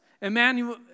Emmanuel